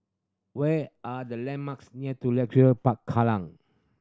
where are the landmarks near to Leisure Park Kallang